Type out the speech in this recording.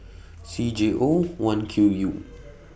C J O one Q U